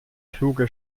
fluge